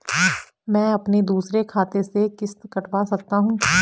मैं अपने दूसरे खाते से किश्त कटवा सकता हूँ?